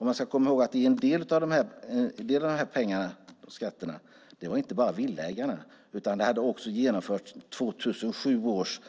Man ska komma ihåg att en del av de här pengarna och skatterna inte bara gällde villaägare, utan man hade då också genomfört 2007 års